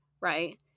right